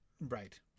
Right